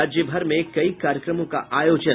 राज्यभर में कई कार्यक्रमों का आयोजन